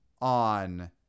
on